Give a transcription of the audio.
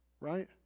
right